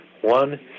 one